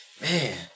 Man